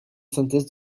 synthèse